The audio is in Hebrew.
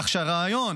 כך שהרעיון